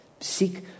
seek